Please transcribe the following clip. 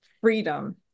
freedom